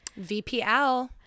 VPL